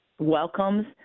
welcomes